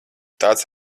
tāds